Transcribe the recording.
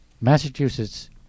Massachusetts